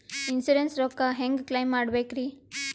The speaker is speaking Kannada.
ಇನ್ಸೂರೆನ್ಸ್ ರೊಕ್ಕ ಹೆಂಗ ಕ್ಲೈಮ ಮಾಡ್ಬೇಕ್ರಿ?